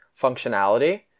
functionality